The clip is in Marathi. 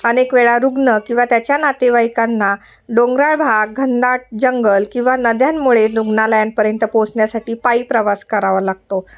अनेक वेळा रुग्ण किंवा त्याच्या नातेवाईकांना डोंगराळ भाग घनदाट जंगल किंवा नद्यांमुळे रुग्ण्यालयांपर्यंत पोचण्यासाठी पायी प्रवास करावा लागतो